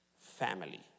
family